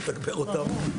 לתגבר אותן.